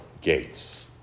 gates